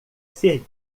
ser